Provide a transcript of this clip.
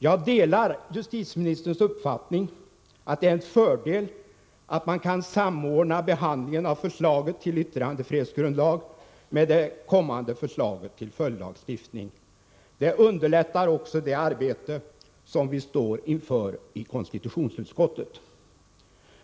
Jag delar justitieministerns uppfattning att det är en fördel att man kan samordna behandlingen av förslaget till yttrandefrihetsgrundlag med det kommande förslaget till följdlagstiftning. Det underlättar också det arbete som vi står inför i konstitutionsutskottet.